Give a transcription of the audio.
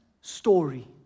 story